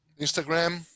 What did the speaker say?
Instagram